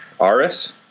Aris